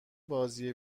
بازی